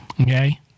Okay